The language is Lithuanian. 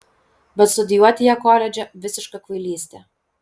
bet studijuoti ją koledže visiška kvailystė